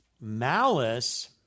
malice